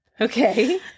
Okay